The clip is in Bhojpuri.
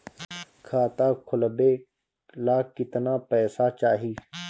खाता खोलबे ला कितना पैसा चाही?